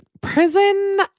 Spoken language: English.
Prison